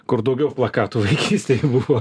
kur daugiau plakatų vaikystėje buvo